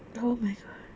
oh my god